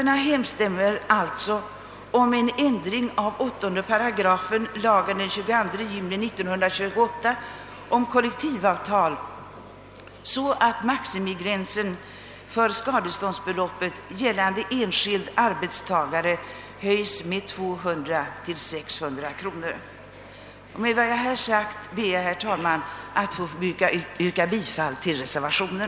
Herr talman! Med vad jag här anfört ber jag att få yrka bifall till reservationen.